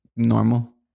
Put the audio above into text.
normal